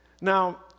Now